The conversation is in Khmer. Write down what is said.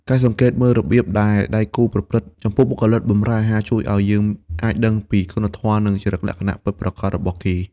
ការសង្កេតមើលរបៀបដែលដៃគូប្រព្រឹត្តចំពោះបុគ្គលិកបម្រើអាហារ ជួយឱ្យយើងអាចដឹងពីគុណធម៌ និងចរិតលក្ខណៈពិតប្រាកដរបស់គេ។